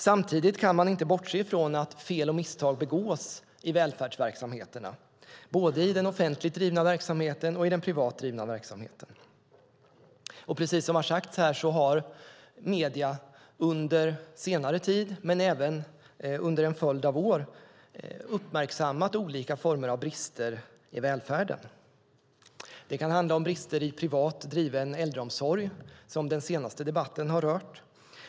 Samtidigt kan man inte bortse från att fel och misstag begås i välfärdsverksamheterna, både i den offentligt drivna verksamheten och i den privat drivna verksamheten. Precis som har sagts här har medierna under senare tid men även under en följd av år uppmärksammat olika former av brister i välfärden. Det kan handla om brister i privat driven äldreomsorg, som den senaste debatten har rört.